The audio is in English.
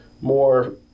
more